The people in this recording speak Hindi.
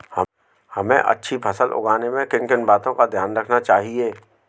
हमें अच्छी फसल उगाने में किन किन बातों का ध्यान रखना चाहिए?